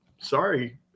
sorry